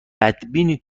بدبینی